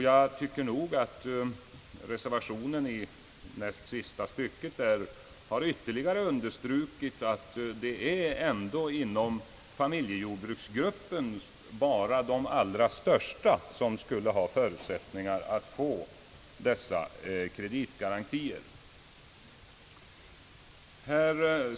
Jag tycker nog att även näst sista stycket i reservationen ytterligare understryker, att det är bara de allra största familjejordbruken som har förutsättningar att få kreditgarantier.